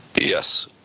Yes